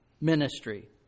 ministry